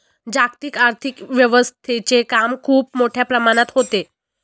जागतिक आर्थिक व्यवस्थेचे काम खूप मोठ्या प्रमाणात होते